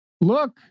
look